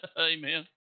amen